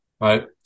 right